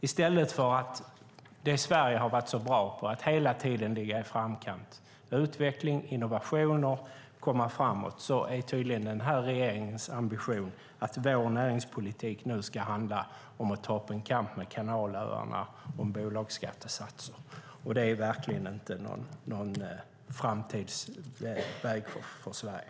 I stället för det som Sverige har varit så bra på - att hela tiden ligga i framkant när det gäller utveckling, innovationer och att komma framåt - är den här regeringens ambition tydligen att vår näringspolitik nu ska handla om att ta upp en kamp med Kanalöarna om bolagsskattesatser. Det är verkligen inte någon framtidsväg för Sverige.